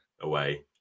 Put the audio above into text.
away